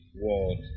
world